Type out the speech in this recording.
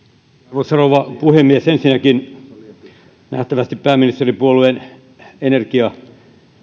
arvoisa rouva puhemies ensinnäkin nähtävästi pääministeripuolueen energia